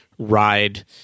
Ride